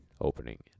opening